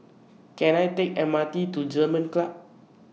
Can I Take M R T to German Club